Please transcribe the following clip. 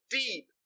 deep